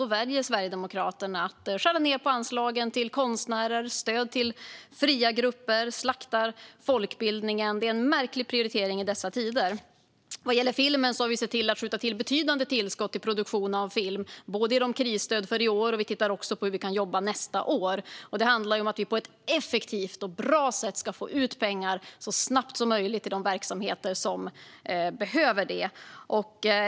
Då väljer Sverigedemokraterna att skära ned på anslagen till konstnärer, skära ned på stöden till fria grupper och att slakta folkbildningen. Det är en märklig prioritering i dessa tider. Vad gäller filmen har vi gett betydande tillskott till produktion av film genom krisstöd för i år. Vi tittar också på hur vi kan jobba nästa år. Det handlar om att vi på ett effektivt och bra sätt ska få ut pengar så snabbt som möjligt till de verksamheter som behöver dem.